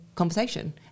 conversation